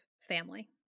family